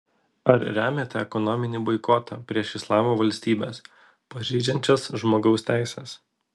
ar remiate ekonominį boikotą prieš islamo valstybes pažeidžiančias žmogaus teises